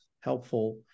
helpful